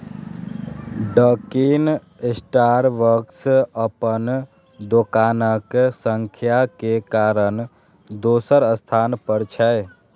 Dunkin Starbucks अपन दोकानक संख्या के कारण दोसर स्थान पर छै